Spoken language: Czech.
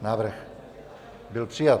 Návrh byl přijat.